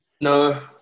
no